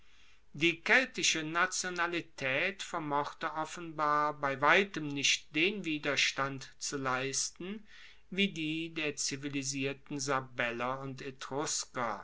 die keltische nationalitaet vermochte offenbar bei weitem nicht den widerstand zu leisten wie die der zivilisierten sabeller und